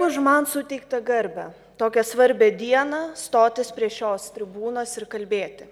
už man suteiktą garbę tokią svarbią dieną stotis prie šios tribūnos ir kalbėti